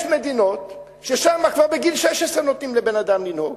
יש מדינות ששם כבר בגיל 16 נותנים לבן-אדם לנהוג.